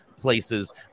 places